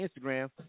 Instagram